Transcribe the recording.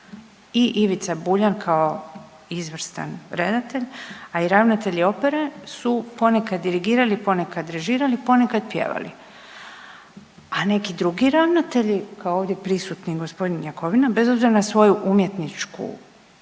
i Ivica Buljan kao izvrstan redatelj, a i ravnatelji opere su ponekad dirigirali, ponekad režirali, ponekad pjevali, a neki drugi ravnatelji, kao ovdje prisutni g. Jakovina bez obzira na svoju umjetničku svoj